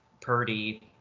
Purdy